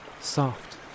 Soft